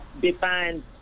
define